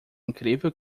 incrível